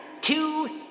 two